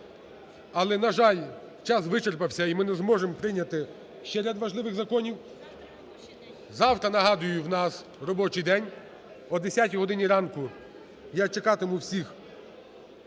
Але, на жаль, час вичерпався і ми не зможемо прийняти ще ряд важливих законів. Завтра, нагадую, у нас робочий день. О 10-й годині ранку я чекатиму всіх